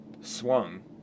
swung